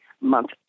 Month